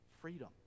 freedom